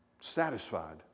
satisfied